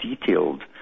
detailed